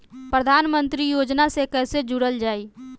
प्रधानमंत्री योजना से कैसे जुड़ल जाइ?